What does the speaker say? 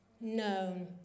known